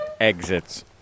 exits